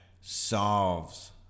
solves